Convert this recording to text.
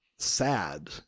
sad